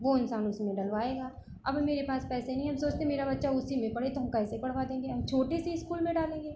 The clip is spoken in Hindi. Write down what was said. वह इंसान उसमें डलवाएगा अब मेरे पास पैसे नहीं है हम सोचते हैं मेरा बच्चा उसी में पढ़े तो हम कैसे पढ़वा देंगे हम छोटे से इस्कूल में डालेंगे